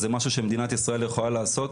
אז זה משהו שמדינת ישראל יכולה לעשות.